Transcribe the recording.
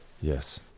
Yes